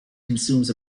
consumes